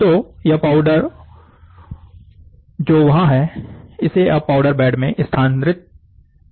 तो यह पाउडर जो वहाँ है इसे अब पाउडर बेड में स्थानांतरित कर दिया जाता है